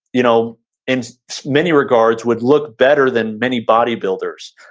you know in many regards, would look better than many bodybuilders.